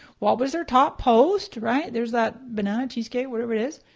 what was their top post, right? there's that banana cheesecake, whatever it is.